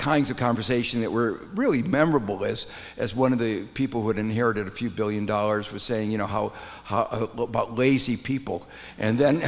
kinds of conversation that were really memorable this as one of the people who'd inherited a few billion dollars was saying you know how lazy people and then